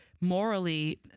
morally